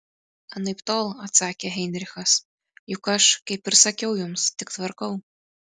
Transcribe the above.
anaiptol atsakė heinrichas juk aš kaip ir sakiau jums tik tvarkau